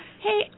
Hey